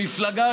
במפלגה,